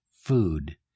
food